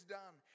done